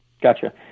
Gotcha